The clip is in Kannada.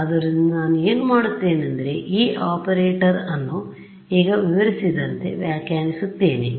ಆದ್ದರಿಂದ ನಾನು ಏನು ಮಾಡುತ್ತೇನೆಂದರೆ ಈ ಆಪರೇಟರ್ ಅನ್ನು ಈಗ ವಿವರಿಸಿದಂತೆ ವ್ಯಾಖ್ಯಾನಿಸುತ್ತೇನೆ